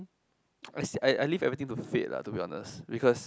I I leave everything to fate lah to be honest because